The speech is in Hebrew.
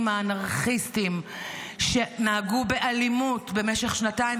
האנרכיסטים שנהגו באלימות במשך שנתיים,